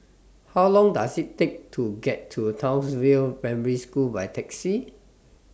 How Long Does IT Take to get to Townsville Primary School By Taxi